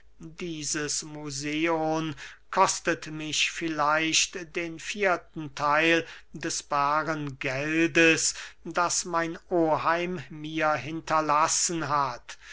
dieses museon kostet mich vielleicht den vierten theil des baren geldes das mein oheim mir hinterlassen hat